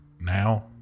now